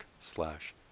slash